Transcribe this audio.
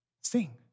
sing